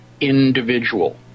individual